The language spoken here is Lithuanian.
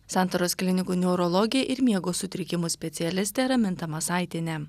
santaros klinikų neurologė ir miego sutrikimų specialistė raminta masaitienė